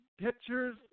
pictures